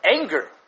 anger